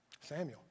Samuel